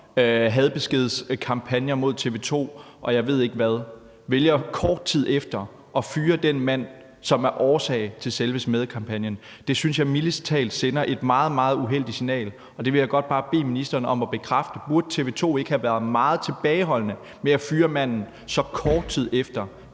hadbeskedkampagner mod TV 2, og jeg ved ikke hvad, vælger at fyre den mand, som er årsag til selve smædekampagnen, synes jeg mildest talt sender et meget, meget uheldigt signal. Det vil jeg godt bare bede ministeren om at bekræfte. Burde TV 2 ikke have været meget tilbageholdende med at fyre manden så kort tid efter